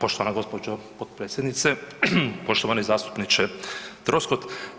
Poštovana gđo. potpredsjedniče, poštovani zastupniče Troskot.